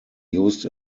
used